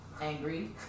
angry